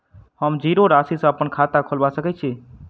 हम जीरो राशि सँ अप्पन खाता खोलबा सकै छी?